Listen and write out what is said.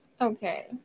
Okay